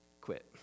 quit